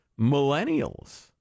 millennials